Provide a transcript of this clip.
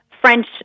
French